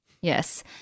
Yes